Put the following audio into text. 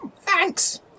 Thanks